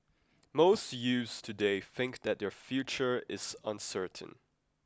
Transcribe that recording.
most youths today think that their future is uncertain